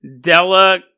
Della